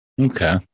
Okay